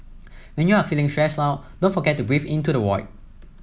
when you are feeling stressed out don't forget to breathe into the void